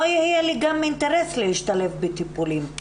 לא יהיה לי אינטרס להשתלב בטיפולים.